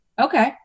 okay